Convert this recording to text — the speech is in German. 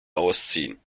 ausziehen